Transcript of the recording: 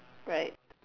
right